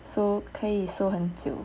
so 可以收很久